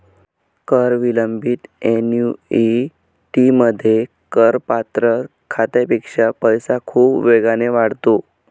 कर विलंबित ऍन्युइटीमध्ये, करपात्र खात्यापेक्षा पैसा खूप वेगाने वाढतो